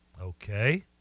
Okay